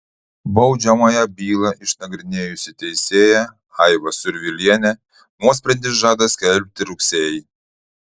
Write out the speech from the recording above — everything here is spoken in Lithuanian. baudžiamąją bylą išnagrinėjusi teisėja aiva survilienė nuosprendį žada skelbti rugsėjį